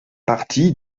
partie